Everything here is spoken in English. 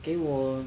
给我